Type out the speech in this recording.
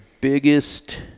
biggest